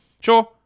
Sure